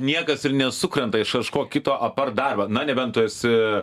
niekas ir nesukrenta iš kažko kito apart darbą na nebent tu esi